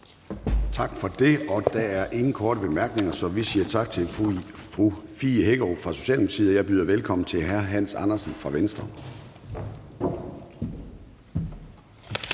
Tak for det. Der er ingen korte bemærkninger, så vi siger tak til fru Fie Hækkerup fra Socialdemokratiet. Og jeg byder velkommen til hr. Hans Andersen fra Venstre.